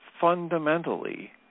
fundamentally